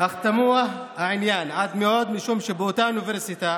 אך העניין תמוה עד מאוד, משום שבאותה אוניברסיטה